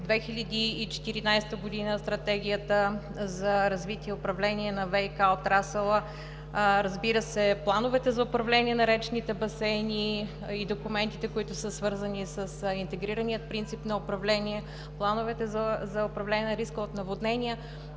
2014 г. – Стратегията за развитие и управление на ВиК отрасъла, разбира се, и плановете за управление на речните басейни и документите, свързани с интегрирания принцип на управление, плановете за управление на риска от наводнения